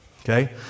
okay